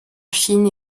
chine